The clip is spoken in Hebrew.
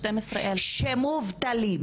שמובטלים